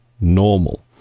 Normal